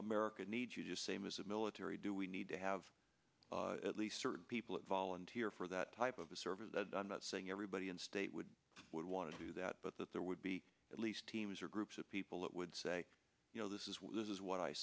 america needs to do same as a military do we need to have at least people volunteer for that type of a service that i'm not saying everybody in state would would want to do that but that there would be at least teams or groups of people that would say you know this is this is what i